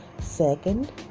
Second